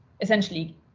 essentially